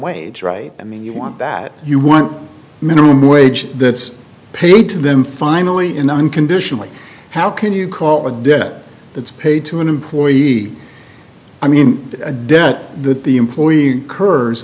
wage right i mean you want that you want minimum wage that's paid to them finally in unconditionally how can you call a debt that's paid to an employee i mean a debt that the employee kur